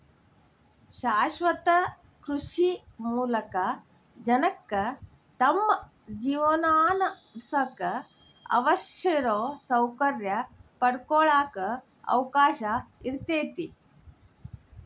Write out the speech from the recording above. ಶಾಶ್ವತ ಕೃಷಿ ಮೂಲಕ ಜನಕ್ಕ ತಮ್ಮ ಜೇವನಾನಡ್ಸಾಕ ಅವಶ್ಯಿರೋ ಸೌಕರ್ಯ ಪಡ್ಕೊಳಾಕ ಅವಕಾಶ ಇರ್ತೇತಿ